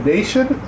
Nation